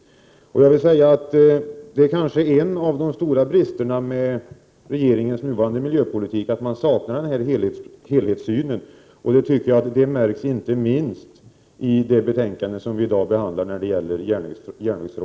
En av de stora bristerna i regeringens nuvarande miljöpolitik är att det saknas en helhetssyn. Det märks inte minst i det betänkande som vi nu behandlar om järnvägstrafik.